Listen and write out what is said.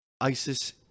ISIS